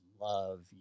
love